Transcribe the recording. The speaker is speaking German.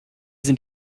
sind